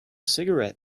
cigarette